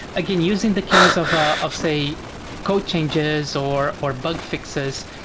again, using the case of ah of say code changes or or bug fixes,